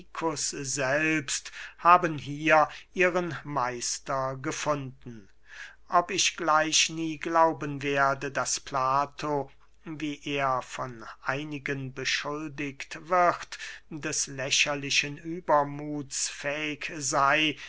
selbst haben hier ihren meister gefunden ob ich gleich nie glauben werde daß plato wie er von einigen beschuldigt wird des lächerlichen übermuths fähig sey